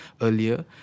earlier